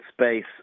space